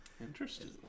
Interesting